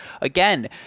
Again